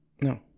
No